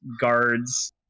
guards